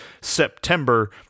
September